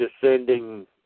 Descending